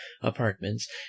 apartments